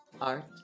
art